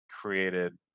created